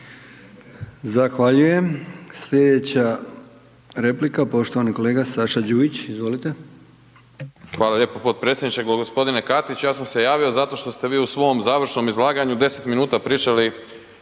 Zahvaljujem. Slijedeća replika poštovani kolega Saša Đujić, izvolite. **Đujić, Saša (SDP)** Hvala lijepo potpredsjedniče. g. Katić, ja sam se javio zato što ste vi u svom završnom izlaganju 10 minuta pričali